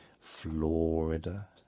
Florida